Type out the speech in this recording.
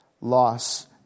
loss